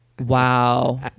Wow